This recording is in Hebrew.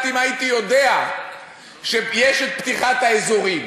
אם הייתי יודע שיש פתיחת אזורים,